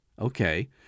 Okay